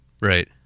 right